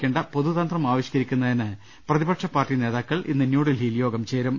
ക്കേണ്ട പൊതുതന്ത്രം ആവിഷ്കരിക്കുന്നതിന് പ്രതിപക്ഷപാർട്ടി നേതാ ക്കൾ ഇന്ന് ന്യൂഡൽഹിയിൽ യോഗം ചേരും